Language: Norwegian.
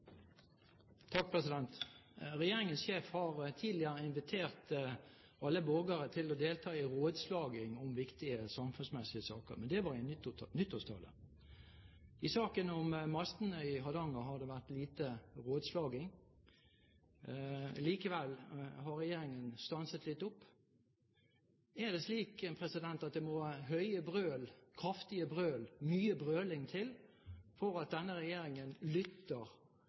Regjeringens sjef har tidligere invitert alle borgere til å delta i rådslagning om viktige samfunnsmessige saker, men det var i nyttårstale. I saken om mastene i Hardanger har det vært lite rådslagning. Likevel har regjeringen stanset litt opp. Er det slik at det må høye brøl, kraftige brøl, mye brøling til for at denne regjeringen lytter